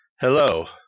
Hello